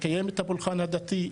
לקיים את הפולחן הדתי,